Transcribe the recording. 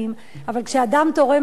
אבל כשאדם תורם מהחי,